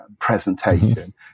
presentation